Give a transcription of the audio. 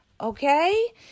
okay